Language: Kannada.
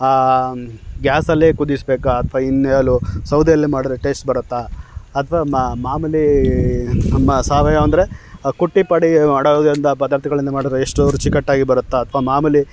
ಗ್ಯಾಸಲ್ಲೆ ಕುದಿಸಬೇಕಾ ಅಥ್ವಾ ಇನ್ನೆಲ್ಲೊ ಸೌದೆಯಲ್ಲೆ ಮಾಡಿದ್ರೆ ಟೇಶ್ಟ್ ಬರುತ್ತಾ ಅಥ್ವಾ ಮಾಮೂಲಿ ನಮ್ಮ ಸಾವಯವ ಅಂದರೆ ಕುಟ್ಟಿ ಪುಡಿ ಮಾಡೋದರಿಂದ ಪದಾರ್ಥಗಳನ್ನು ಮಾಡಿದ್ರೆ ಎಷ್ಟು ರುಚಿಕಟ್ಟಾಗಿ ಬರುತ್ತಾ ಅಥ್ವಾ ಮಾಮೂಲಿ